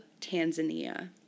Tanzania